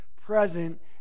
present